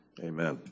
amen